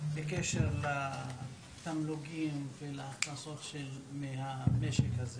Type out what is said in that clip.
בקשר לתמלוגים ולהכנסות מהמשק הזה?